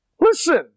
Listen